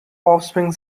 offspring